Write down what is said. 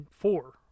Four